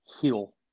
heal